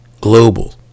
global